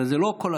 הרי זה לא כל,